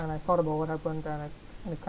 and I thought about what happen that I kind